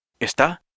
¿está